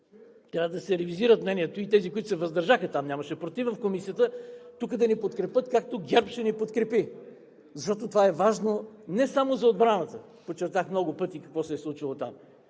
трябва да си ревизират мнението и тези, които се въздържаха, там, в Комисията, нямаше против, тук да ни подкрепят както ГЕРБ ще ни подкрепи. Защото това е важно не само за отбраната. Подчертах много пъти какво се е случило там.